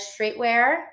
streetwear